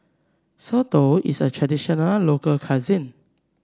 soto is a traditional local cuisine